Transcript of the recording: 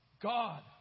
God